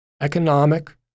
economic